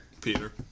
Peter